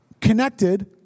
connected